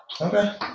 Okay